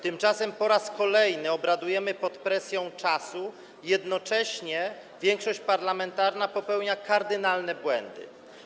Tymczasem po raz kolejny obradujemy pod presją czasu, a jednocześnie większość parlamentarna popełnia kardynalne błędy.